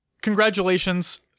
congratulations